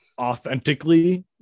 authentically